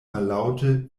mallaŭte